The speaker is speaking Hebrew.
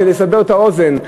כדי לסבר את האוזן,